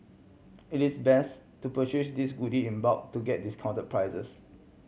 it is best to purchase these goody in bulk to get discount prices